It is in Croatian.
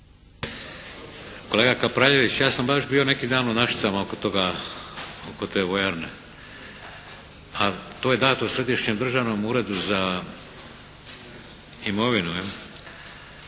Kolega Kapraljević, ja sam baš bio neki dan u Našicama oko te vojarne. To je dato Središnjem državnom uredu za imovinu.